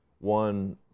one